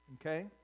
Okay